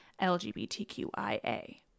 LGBTQIA